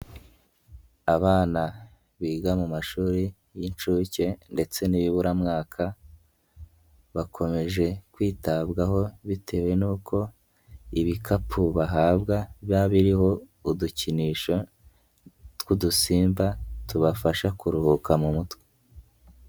Abana biga mu mashuri y'inshuke ndetse n'ibiburamwaka bakomeje kwitabwaho bitewe n'uko ibikapu bahabwa biba biriho udukinisho tw'udusimba tubafasha kuruhuka mu mutwe.